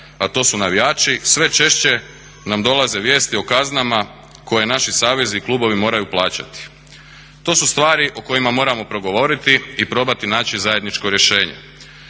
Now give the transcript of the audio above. a to su navijači. Sve češće nam dolaze vijesti o kaznama koje naši savezi i klubovi moraju plaćati. To su stvari o kojima moramo progovoriti i probati naći zajedničko rješenje.